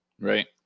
Right